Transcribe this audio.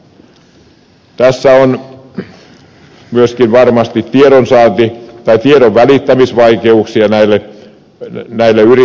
tässä on varmasti myöskin tiedonvälittämisvaikeuksia näille yrittäjille